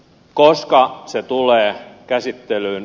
koska se tulee käsittelyyn